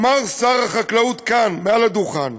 אמר שר החקלאות כאן מעל הדוכן: